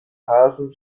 phasen